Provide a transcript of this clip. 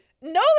No